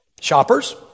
Shoppers